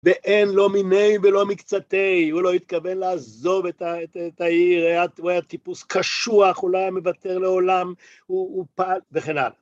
ואין לו מיני ולא מקצתיי, הוא לא התכוון לעזוב את העיר, הוא היה טיפוס קשוח, אולי המוותר לעולם, הוא פעל... וכן הלאה.